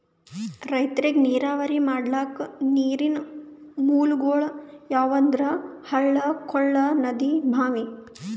ರೈತರಿಗ್ ನೀರಾವರಿ ಮಾಡ್ಲಕ್ಕ ನೀರಿನ್ ಮೂಲಗೊಳ್ ಯಾವಂದ್ರ ಹಳ್ಳ ಕೊಳ್ಳ ನದಿ ಭಾಂವಿ